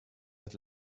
hat